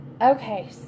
Okay